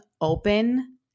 open